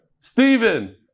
Stephen